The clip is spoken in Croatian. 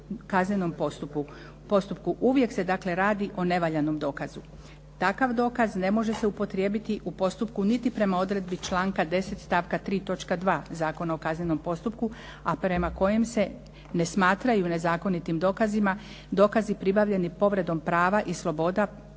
Uvijek se dakle radi o nevaljanom dokazu. Takav dokaz ne može se upotrijebiti u postupku niti prema odredbi članka 10. stavka 3. točka 2. Zakona o kaznenom postupku a prema kojem se ne smatraju nezakonitim dokazi pribavljeni povredom prava i sloboda u postupku